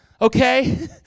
okay